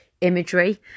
imagery